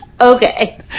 Okay